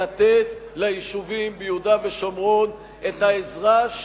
לתת ליישובים ביהודה ושומרון את העזרה,